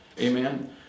Amen